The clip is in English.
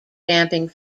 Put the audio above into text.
damping